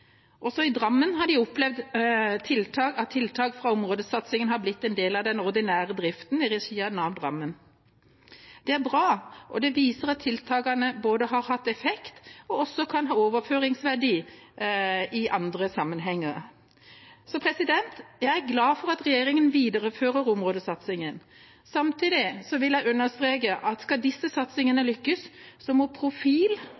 Også i Drammen har de opplevd at tiltak fra områdesatsingen har blitt en del av den ordinære driften i regi av Nav Drammen. Det er bra, og det viser at tiltakene både har hatt effekt og også kan ha overføringsverdi i andre sammenhenger. Jeg er glad for at regjeringen viderefører områdesatsingen. Samtidig vil jeg understreke at skal disse